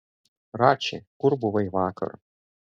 rači kur buvai vakar